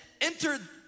entered